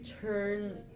turn